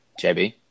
JB